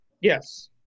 Yes